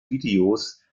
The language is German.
videos